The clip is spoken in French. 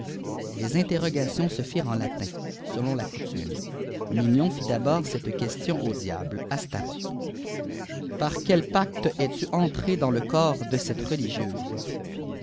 les interrogatoires se firent en latin selon la coutume mignon fil d'abord cette question au diable astaroth par quel pacte es-tu entré dans le corps de cette religieuse